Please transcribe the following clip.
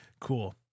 Cool